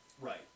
Right